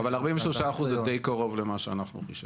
אבל 43% זה די קרוב למה שאנחנו חישבנו.